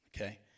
okay